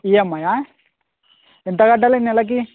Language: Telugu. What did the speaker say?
ఈఎంఐయా ఎంత కట్టాలి నెలకి